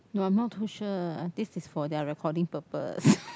no I'm not too sure this is for their recording purpose